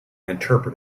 interpret